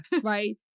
Right